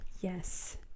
Yes